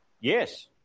yes